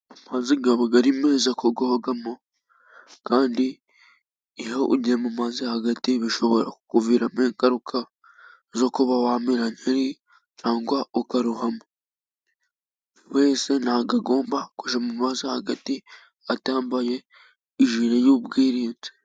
Amazi aba ari meza kuyogamo, kandi iyo ugiye mumazi hagati bishobora kukuviramo ingaruka zo kuba wamira nkeri, cyangwa ukarohama. Buri wese ntabwo agomba kujya mu maza hagati atambaye ijire y'ubwirinzi.